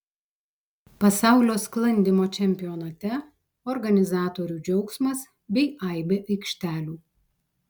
pasaulio sklandymo čempionate organizatorių džiaugsmas bei aibė aikštelių